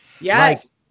Yes